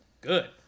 good